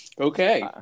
Okay